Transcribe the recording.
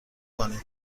کنید